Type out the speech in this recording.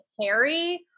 Harry